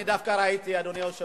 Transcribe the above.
אני דווקא הייתי אדוני היושב-ראש,